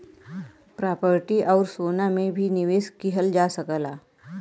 property आउर सोना में भी निवेश किहल जा सकला